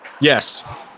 yes